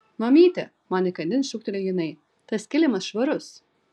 mamyte man įkandin šūktelėjo jinai tas kilimas švarus